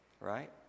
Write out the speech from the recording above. right